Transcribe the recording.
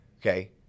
Okay